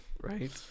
Right